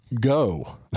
go